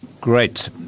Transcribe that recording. great